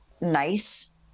nice